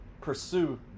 pursue